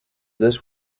this